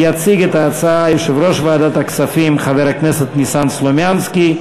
יציג את ההצעה יושב-ראש ועדת הכספים חבר הכנסת ניסן סלומינסקי.